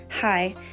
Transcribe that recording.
Hi